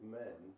men